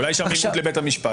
אולי יש עמימות לבית המשפט?